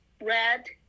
red